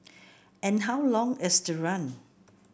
and how long is the run